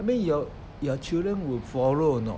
I mean your your children will follow or not